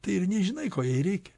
tai ir nežinai ko jai reikia